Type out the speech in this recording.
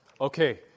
Okay